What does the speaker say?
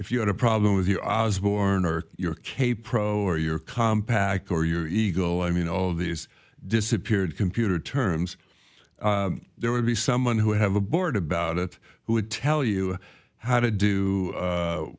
if you had a problem with your i was born or your kaypro or your compaq or your eagle i mean all of these disappeared computer terms there would be someone who have a board about it who would tell you how to do